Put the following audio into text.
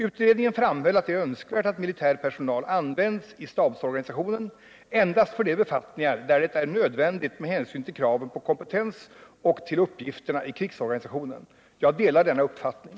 Utredningen framhöll att det är önskvärt att militär personal används i stabsorganisationen endast för de befattningar där det är nödvändigt med hänsyn till kraven på kompetens och till uppgifterna i krigsorganisationen. Jag delar denna uppfattning.